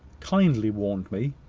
kindly warned me,